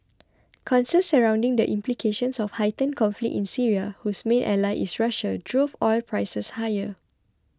concerns surrounding the implications of heightened conflict in Syria whose main ally is Russia drove oil prices higher